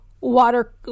water